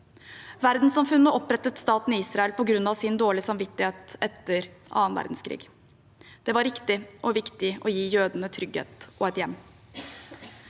Verdenssamfunnet opprettet staten Israel på grunn av sin dårlige samvittighet etter annen verdenskrig. Det var riktig og viktig å gi jødene trygghet og et hjem.